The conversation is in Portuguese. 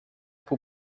por